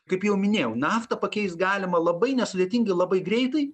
kaip jau minėjau naftą pakeist galima labai nesudėtingai labai greitai